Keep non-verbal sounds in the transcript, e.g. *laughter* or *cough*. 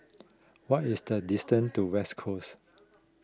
*noise* what is the distance to West Coast